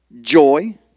joy